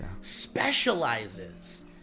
specializes